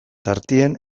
tartean